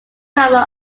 cover